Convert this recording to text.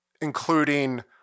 including